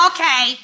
Okay